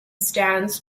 stands